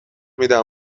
میدم